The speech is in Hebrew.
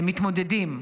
הם מתמודדים,